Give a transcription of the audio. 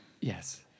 Yes